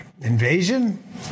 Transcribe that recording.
Invasion